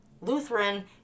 Lutheran